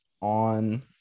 on